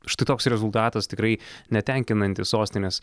štai toks rezultatas tikrai netenkinantis sostinės